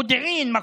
מודיעין עילית,